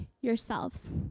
yourselves